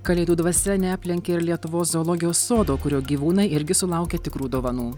kalėdų dvasia neaplenkė ir lietuvos zoologijos sodo kurio gyvūnai irgi sulaukė tikrų dovanų